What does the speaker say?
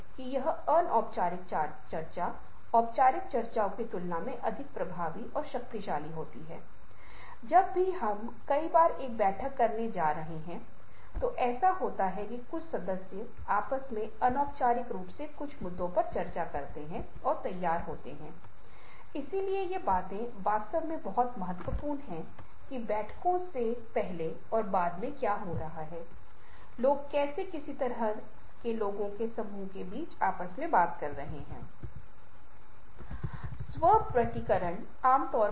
और यहां यह थोड़ा अलग तरीके से केंद्रित है और पहाड़ के मामले में यह सब अधिक विशिष्ट है वैज्ञानिक ग्रंथों को पढ़ने के बाद कि लोग इस क्षेत्र में मुख्य रूप से ध्यान केंद्रित करते हैं सौंदर्य प्रस्तुति के संदर्भ में जहां पहाड़ की सुंदरता को प्रस्तुत किया गया था वे कहीं अधिक खोजपूर्ण थे